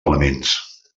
elements